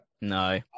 no